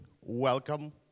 welcome